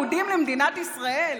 יהודי אתיופיה,